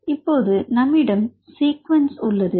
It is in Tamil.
மிகச் சரி இப்பொழுது நம்மிடம் சீக்குவன்ஸ் உள்ளது